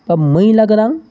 बा मैलागोनां